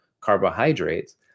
carbohydrates